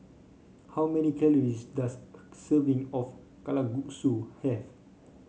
how many calories does serving of Kalguksu have